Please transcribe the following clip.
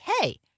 hey